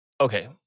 Okay